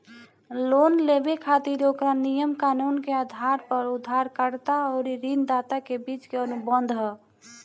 loan लेबे खातिर ओकरा नियम कानून के आधार पर उधारकर्ता अउरी ऋणदाता के बीच के अनुबंध ह